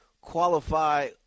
qualify